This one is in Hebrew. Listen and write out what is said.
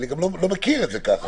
אני גם לא מכיר את זה ככה.